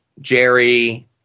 jerry